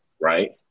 right